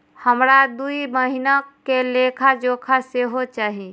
हमरा दूय महीना के लेखा जोखा सेहो चाही